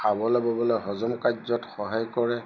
খাবলৈ ব'বলৈ হজম কাৰ্যত সহায় কৰে